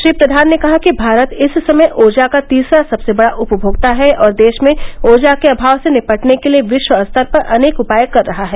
श्री प्रधान ने कहा कि भारत इस समय ऊर्जा का तीसरा सबसे बड़ा उपभोक्ता है और देश में ऊर्जा के अभाव से निपटने के लिए विश्व स्तर पर अनेक उपाय कर रहा है